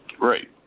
Right